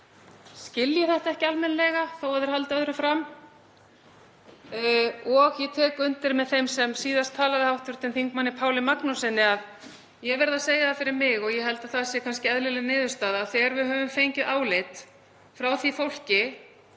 skilji þetta ekki almennilega þó að þeir haldi öðru fram. Og ég tek undir með þeim sem síðast talaði, hv. þm. Páli Magnússyni, og ég verð að segja það fyrir mig, og ég held að það sé kannski eðlileg niðurstaða, að þegar við höfum fengið álit frá því fólki